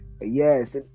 yes